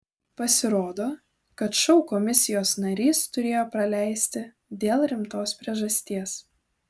pasirodo kad šou komisijos narys turėjo praleisti dėl rimtos priežasties